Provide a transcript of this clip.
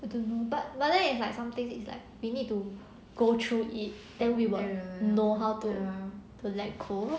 I don't know but but then it's like something it's like we need to go through it then we will know how to to let go lor